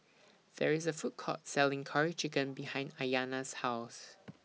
There IS A Food Court Selling Curry Chicken behind Ayana's House